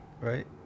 Right